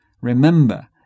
Remember